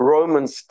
Romans